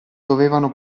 dovevano